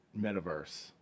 metaverse